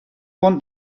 want